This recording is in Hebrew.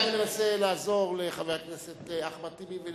אני מנסה לעזור לחבר הכנסת אחמד טיבי,